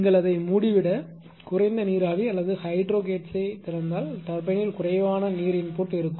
நீங்கள் அதை மூடிவிட குறைந்த நீராவி அல்லது ஹைட்ரோகேட்ஸை திறந்தால் டர்பைனில் குறைவான நீர் இன்புட் இருக்கும்